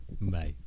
Bye